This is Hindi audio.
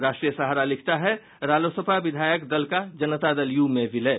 राष्ट्रीय सहारा लिखता है रालोसपा विधायक दल का जनता दल यू में विलय